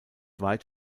weit